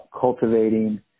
cultivating